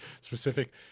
specific